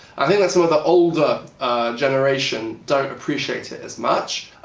i think that some of the older generation don't appreciate it as much.